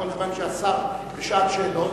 כל זמן שהשר בשעת שאלות,